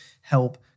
help